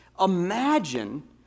Imagine